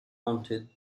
haunted